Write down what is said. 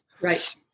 Right